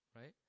right